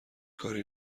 کاری